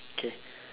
okay